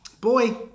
Boy